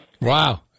Wow